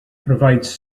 provides